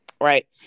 right